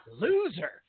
Loser